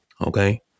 Okay